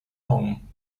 home